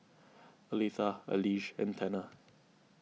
Alethea Elige and Tanner